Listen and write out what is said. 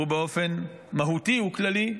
באופן מהותי הוא כללי.